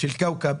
כאוכב,